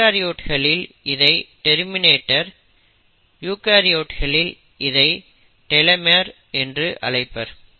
ப்ரோகாரியோட்களில் இதை டெர்மினேட்டர் யூகரியோட்களில் இதை டெலோமர் என்றும் அழைப்பர்